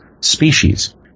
species